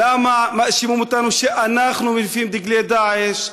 למה מאשימים אותנו שאנחנו מניפים דגלי "דאעש",